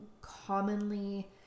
commonly